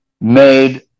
made